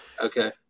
Okay